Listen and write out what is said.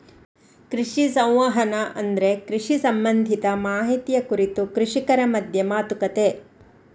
ಕೃಷಿ ಸಂವಹನ ಅಂದ್ರೆ ಕೃಷಿ ಸಂಬಂಧಿತ ಮಾಹಿತಿಯ ಕುರಿತು ಕೃಷಿಕರ ಮಧ್ಯ ಮಾತುಕತೆ